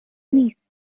نیست